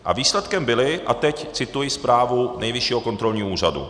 A výsledkem byly a teď cituji zprávu Nejvyššího kontrolního úřadu